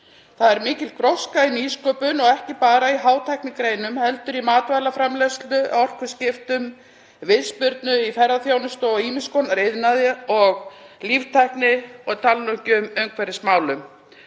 Það er mikil gróska í nýsköpun og ekki bara í hátæknigreinum heldur í matvælaframleiðslu, orkuskiptum, viðspyrnu í ferðaþjónustu og ýmiss konar iðnaði og líftækni, ég tala nú ekki um í umhverfismálum.